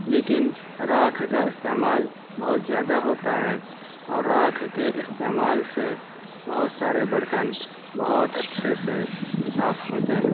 لیکن راکھ کا استعمال بہت زیادہ ہوتا ہے اور راکھ کے استعمال سے بہت سارے برتن بہت اچھے سے صاف ہوتے ہیں